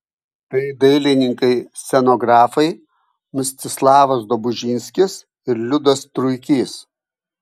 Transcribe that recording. tai dailininkai scenografai mstislavas dobužinskis ir liudas truikys